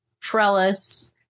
trellis